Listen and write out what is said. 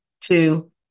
two